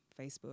Facebook